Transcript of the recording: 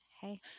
Hey